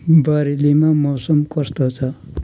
बरेलीमा मौसम कस्तो छ